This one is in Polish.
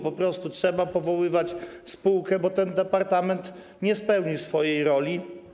Po prostu trzeba powoływać spółkę, bo ten departament nie spełnił swojej roli.